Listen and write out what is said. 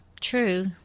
True